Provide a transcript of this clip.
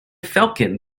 falcon